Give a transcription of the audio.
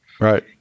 right